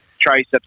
triceps